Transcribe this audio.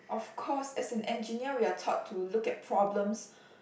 of course as an engineer we are taught to look at problems